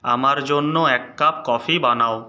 আমার জন্য এক কাপ কফি বানাও